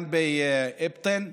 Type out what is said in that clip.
גם באבטין,